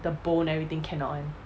the bone everything cannot [one]